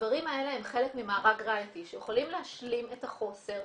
הדברים האלה הם חלק ממארג ראייתי שיכולים להשלים את החוסר,